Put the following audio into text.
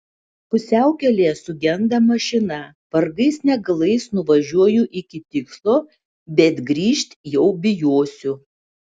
pusiaukelėje sugenda mašina vargais negalais nuvažiuoju iki tikslo bet grįžt jau bijosiu